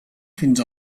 fins